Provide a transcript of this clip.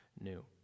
new